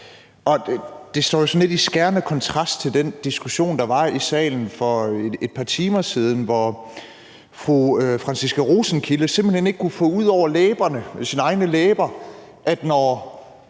lidt i skærende kontrast til den diskussion, der var i salen for et par timer siden, hvor fru Franciska Rosenkilde simpelt hen ikke kunne få over sine læber, at når